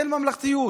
אין ממלכתיות.